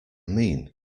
mean